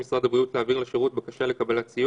הסתייגות מס' 8, בסעיף 5(א)(2)(א)